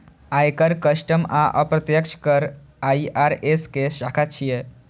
आयकर, कस्टम आ अप्रत्यक्ष कर आई.आर.एस के शाखा छियै